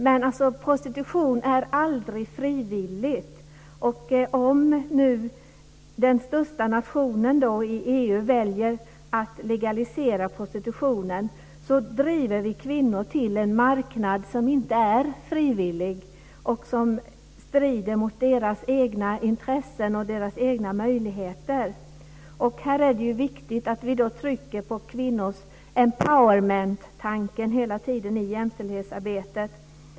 Men prostitution är aldrig frivillig. Om den största nationen i EU väljer att legalisera prostitutionen driver vi kvinnor till en marknad som inte är frivillig och som strider mot deras egna intressen och deras egna möjligheter. I detta sammanhang är det viktigt att vi hela tiden trycker på tanken om kvinnors empoverment i jämställdhetsarbetet.